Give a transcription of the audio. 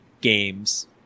games